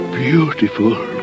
beautiful